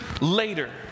later